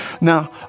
Now